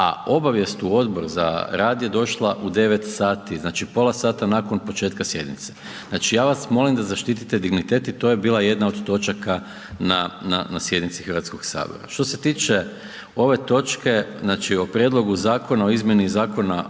a obavijest u Odbor za rad je došla u 9,00 dati znači pola sata nakon početka sjednice. Znači ja vas molim da zaštite dignitet i to je bila jedna od točaka na sjednici Hrvatskog sabora. Što se tiče ove točke o Prijedlogu zakona o izmjeni Zakona o